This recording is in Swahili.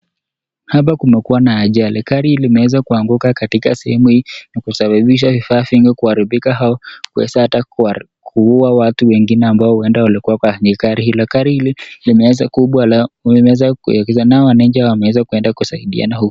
Hapa kumekuwa na ajali gari limeanza kuanguka katika sehemu hii na kusambabisha vifaa vingi kuharibika au kuweza kuua watu wengine ambao huenda walikuwa kwenye gari hilo. Gari hili limenza kubwa wameweza kuegesha ,nao wanachi wameenda kusaidia huku.